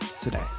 today